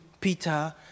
Peter